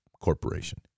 corporation